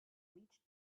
reached